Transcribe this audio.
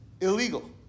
illegal